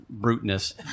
bruteness